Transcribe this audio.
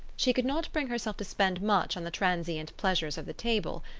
she could not bring herself to spend much on the transient pleasures of the table.